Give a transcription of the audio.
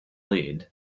lead